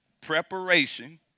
preparation